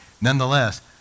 nonetheless